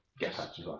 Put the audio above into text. Yes